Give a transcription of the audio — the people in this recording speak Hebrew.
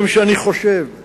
משום שאני חושב,